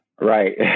Right